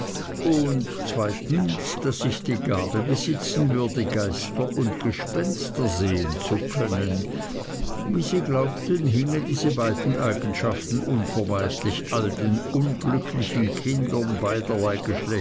und zweitens daß ich die gabe besitzen würde geister und gespenster sehen zu können wie sie glaubten hingen diese beiden eigenschaften unvermeidlich all den unglücklichen kindern